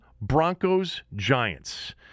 Broncos-Giants